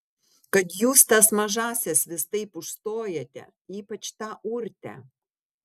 kad jūs tas mažąsias vis taip užstojate ypač tą urtę